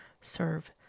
serve